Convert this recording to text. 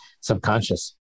subconscious